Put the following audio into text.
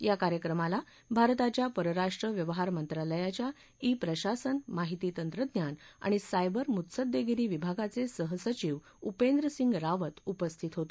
या कार्यक्रमाला भारताच्या परराष्ट्र व्यवहार मंत्रालयाच्या ई प्रशासन माहिती तंत्रज्ञान आणि सायबर मुत्सद्देगिरी विभागाचे सहसचिव उपेंद्रसिंह रावत उपस्थित होते